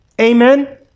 Amen